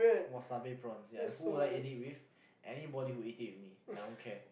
wasabi prawns ya who would like to eat it with anybody who would eat it with me I don't care